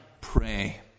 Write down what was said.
pray